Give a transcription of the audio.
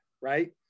right